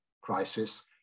crisis